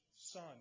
son